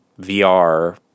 VR